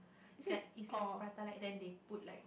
like it's like Prata like then they put like